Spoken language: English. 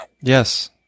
yes